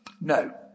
No